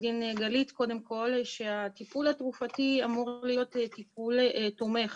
הדין גלית על כך שהטיפול התרופתי אמור להיות טיפול תומך